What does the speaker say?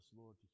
Lord